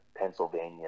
Pennsylvania